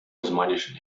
osmanischen